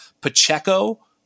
Pacheco